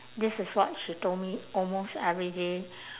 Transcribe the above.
this is what she told me almost every day